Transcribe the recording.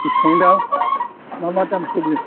बेसेबां दाम मा मा दाम सोलियो